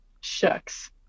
Shucks